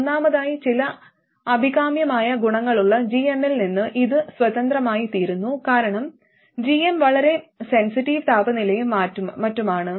ഒന്നാമതായി ചില അഭികാമ്യമായ ഗുണങ്ങളുള്ള gm ൽ നിന്ന് ഇത് സ്വതന്ത്രമായിത്തീരുന്നു കാരണം gm വളരെ സെൻസിറ്റീവ് താപനിലയും മറ്റുമാണ്